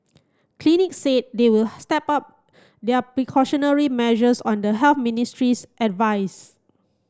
clinic said they will step up their precautionary measures on the Health Ministry's advice